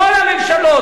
כל הממשלות,